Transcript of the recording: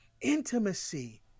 intimacy